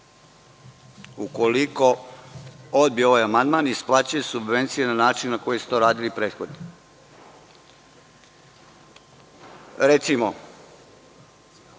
ukoliko odbije ovaj amandman, isplaćuje subvencije na način na koji su to radili prethodni. Recimo,